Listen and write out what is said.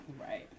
Right